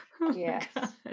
Yes